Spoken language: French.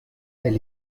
elle